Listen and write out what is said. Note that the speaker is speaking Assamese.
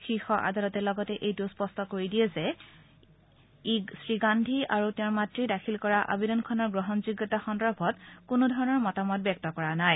শীৰ্ষ আদালতে লগতে এইটোও স্পষ্ট কৰি দিয়ে যে ই শ্ৰীগান্ধী আৰু তেওঁৰ মাত়য়ে দাখিল কৰা আবেদনখনৰ গ্ৰণযোগ্যতা সন্দৰ্ভত কোনো ধৰণৰ মতামত ব্যক্ত কৰা নাই